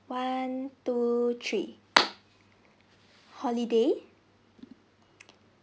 one two three holiday